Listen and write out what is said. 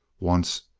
once,